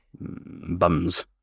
Bums